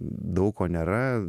daug ko nėra